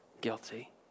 Guilty